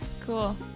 Cool